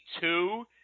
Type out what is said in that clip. two